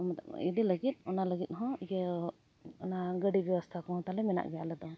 ᱤᱫᱤ ᱞᱟᱹᱜᱤᱫ ᱚᱱᱟ ᱞᱟᱹᱜᱤᱫ ᱦᱚᱸ ᱤᱭᱟᱹ ᱚᱱᱟ ᱜᱟᱹᱰᱤ ᱵᱮᱵᱚᱥᱛᱟ ᱠᱚᱦᱚᱸ ᱛᱟᱞᱮ ᱢᱮᱱᱟᱜ ᱜᱮᱭᱟ ᱟᱞᱮ ᱫᱚ